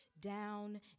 down